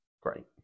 Great